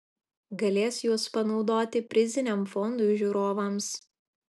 galės juos panaudoti priziniam fondui žiūrovams